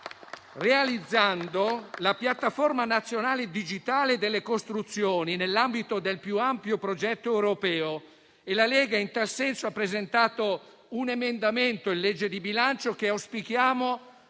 realizzando una piattaforma nazionale digitale delle costruzioni nell'ambito del più ampio progetto europeo. La Lega in tal senso ha presentato un emendamento al disegno di legge di bilancio che auspichiamo